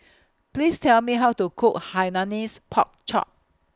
Please Tell Me How to Cook Hainanese Pork Chop